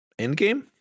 Endgame